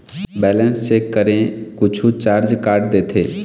Balance check करें कुछू charge काट देथे?